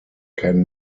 can